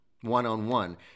one-on-one